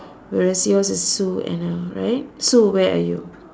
whereas yours is Sue Anna right Sue where are you